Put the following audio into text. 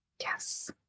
Yes